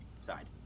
side